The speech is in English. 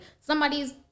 somebody's